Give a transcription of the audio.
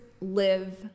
live